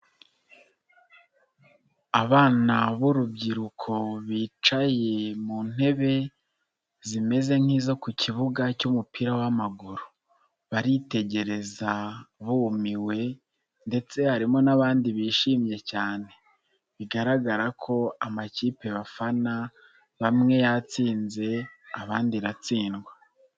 Abana b'urubyiruko bicaye mu ntebe zimeze nk'izo ku kibuga cy'umupira w'amaguru, baritegereza bumiwe ndetse harimo n'abandi bishimye cyane, bigaragara ko amakipe bafana bamwe yatsinze abandi aratsindwa.